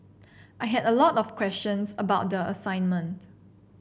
I had a lot of questions about the assignment